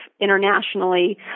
internationally